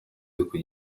nabikoze